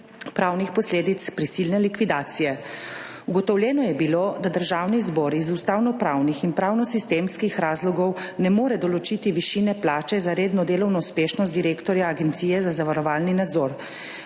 pravnih posledic prisilne likvidacije. Ugotovljeno je bilo, da Državni zbor iz ustavnopravnih in pravnosistemskih razlogov ne more določiti višine plače za redno delovno uspešnost direktorja Agencije za zavarovalni nadzor.